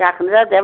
जाखोना जादिया